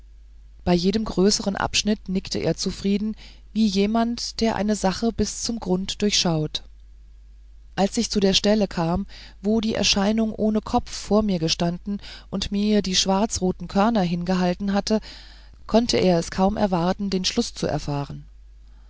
bei jedem größeren abschnitt nickte er zufrieden wie jemand der eine sache bis zum grund durchschaut als ich zu der stelle kam wo die erscheinung ohne kopf vor mir gestanden und mir die schwarzroten körner hingehalten hatte konnte er es kaum erwarten den schluß zu erfahren